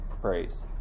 praise